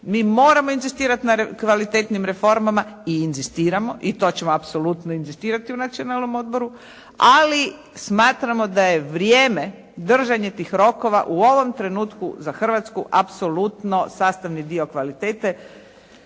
Mi moramo inzistiramo na kvalitetnim reformama i inzistiramo i to ćemo apsolutno inzistirati u Nacionalnom odboru ali smatramo da je vrijeme držanja tih rokova u ovom trenutku za Hrvatsku apsolutno sastavni dio kvalitete.